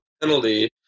penalty